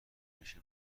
میشه